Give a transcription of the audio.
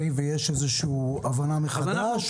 יש הבנה מחדש?